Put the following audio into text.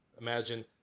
Imagine